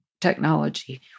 technology